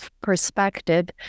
perspective